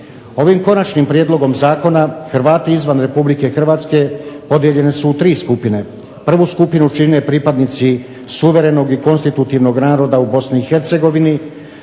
Ovim konačnim prijedlogom zakona Hrvati izvan Republike Hrvatske podijeljeni su u tri skupine. Prvu skupinu čine pripadnici suverenog i konstitutivnog naroda u Bosni